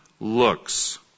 looks